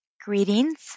greetings